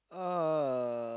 uh